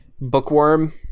bookworm